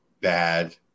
bad